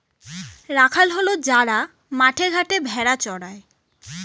রাখাল হল যারা মাঠে ঘাটে ভেড়া চড়ায়